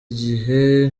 igihe